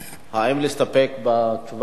האם להסתפק בתשובת השר,